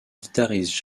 guitariste